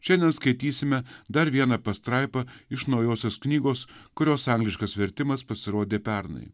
čia neskaitysime dar vieną pastraipą iš naujosios knygos kurios angliškas vertimas pasirodė pernai